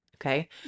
Okay